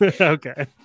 Okay